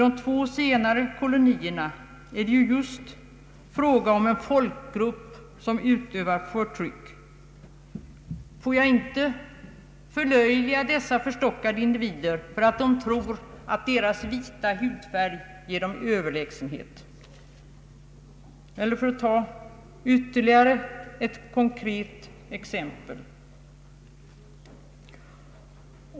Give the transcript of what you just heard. I de två senare områdena är det just fråga om en folkgrupp, som utövar förtryck. Får jag inte förlöjliga dessa förstockade individer, för att de tror att deras vita hudfärg ger dem överlägsenhet? Jag vill ta ytterligare ett konkret exempel.